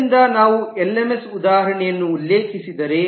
ಆದ್ದರಿಂದ ನಾವು ನಮ್ಮ ಎಲ್ಎಂಎಸ್ ಉದಾಹರಣೆಯನ್ನು ಉಲ್ಲೇಖಿಸಿದರೆ